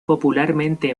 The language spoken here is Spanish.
popularmente